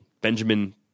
Benjamin